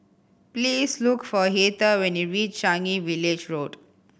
please look for Heather when you reach Changi Village Road